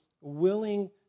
willing